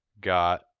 got